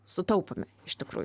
sutaupome iš tikrųjų